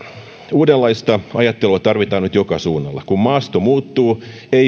uudenlaista ajattelua tarvitaan nyt joka suunnalla kun maasto muuttuu ei voi tarrautua vanhaan karttakirjaan